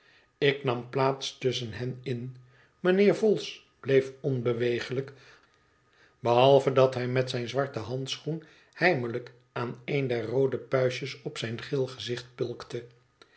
ik nam plaats tusschen hen in mijnheer vholes bleef onbeweeglijk behalve dat hij met zijn zwarten handschoen heimelijk aan een der roode puistjes op zijn geel gezicht